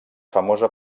famosa